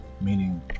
meaning